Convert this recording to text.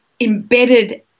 embedded